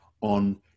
on